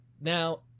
Now